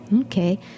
okay